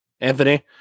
Anthony